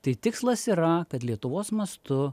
tai tikslas yra kad lietuvos mastu